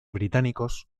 británicos